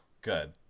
good